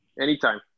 anytime